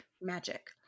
magic